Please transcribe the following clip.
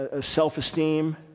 self-esteem